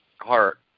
heart